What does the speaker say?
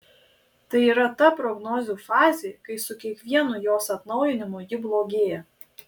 tai yra ta prognozių fazė kai su kiekvienu jos atnaujinimu ji blogėja